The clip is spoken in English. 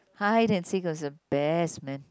hide and seek also best man